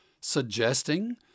suggesting